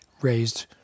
raised